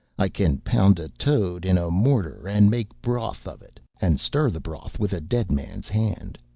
i can pound a toad in a mortar, and make broth of it, and stir the broth with a dead man's hand.